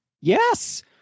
Yes